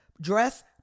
dress